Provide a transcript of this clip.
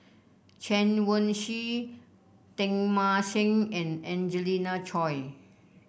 Chen Wen Hsi Teng Mah Seng and Angelina Choy